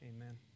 amen